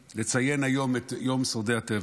לציין היום את יום שורדי הטבח,